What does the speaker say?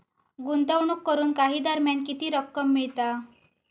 गुंतवणूक करून काही दरम्यान किती रक्कम मिळता?